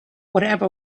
whatever